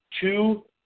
two